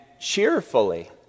cheerfully